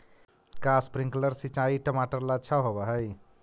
का स्प्रिंकलर सिंचाई टमाटर ला अच्छा होव हई?